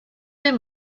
des